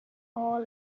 all